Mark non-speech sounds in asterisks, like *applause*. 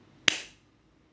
*noise*